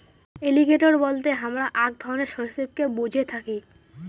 alligator বলতে হামরা আক ধরণের সরীসৃপকে বুঝে থাকি